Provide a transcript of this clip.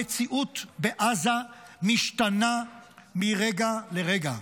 המציאות בעזה משתנה מרגע לרגע.